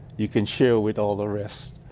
you can share with all the rest.